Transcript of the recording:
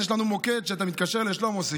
יש לנו מוקד שאתה מתקשר לשלמה sixt.